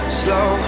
slow